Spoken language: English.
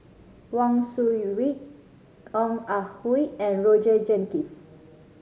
Wang Sui Pick Ong Ah Hoi and Roger Jenkins